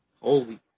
Holy